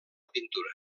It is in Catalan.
pintura